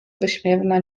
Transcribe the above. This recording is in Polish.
wyśmiewna